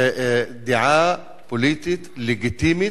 דעה פוליטית לגיטימית,